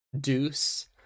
deuce